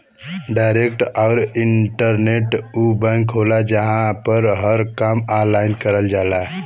direct आउर internet उ bank होला जहां पर हर काम ऑनलाइन करल जाला